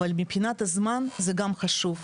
אבל מבחינת הזמן, זה גם חשוב,